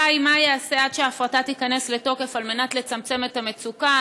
רצוני לשאול: מה ייעשה עד שההפרטה תיכנס לתוקף כדי לצמצם את המצוקה?